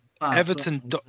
Everton